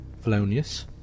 felonious